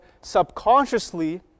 subconsciously